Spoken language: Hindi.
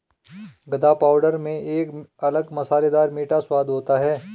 गदा पाउडर में एक अलग मसालेदार मीठा स्वाद होता है